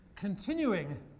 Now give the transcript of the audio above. Continuing